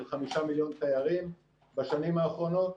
חמישה מיליון תיירים בשנים האחרונות,